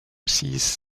sees